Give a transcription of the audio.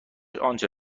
آنچه